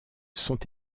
sont